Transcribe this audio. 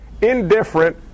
indifferent